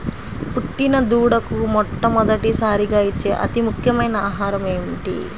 పుట్టిన దూడకు మొట్టమొదటిసారిగా ఇచ్చే అతి ముఖ్యమైన ఆహారము ఏంటి?